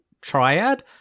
Triad